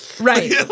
Right